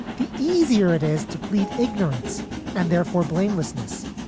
the easier it is to plead ignorance and therefore blame lessness.